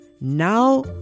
Now